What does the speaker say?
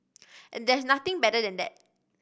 and there's nothing better than that